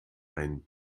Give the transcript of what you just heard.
ein